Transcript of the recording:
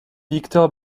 víctor